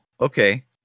Okay